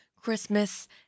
Christmas